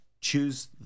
choose